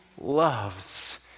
loves